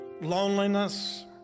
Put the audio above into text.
Loneliness